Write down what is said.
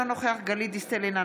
אינו נוכח גלית דיסטל אטבריאן,